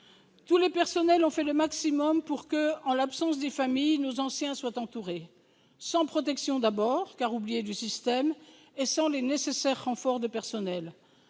Tous les personnels ont fait le maximum pour que, en l'absence des familles, nos anciens soient entourés- sans protection d'abord, car oubliés du système, et sans les nécessaires renforts de personnel.